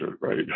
right